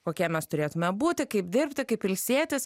kokie mes turėtume būti kaip dirbti kaip ilsėtis